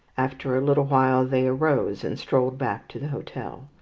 after a little while they arose and strolled back to the hotel.